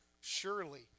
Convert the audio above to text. Surely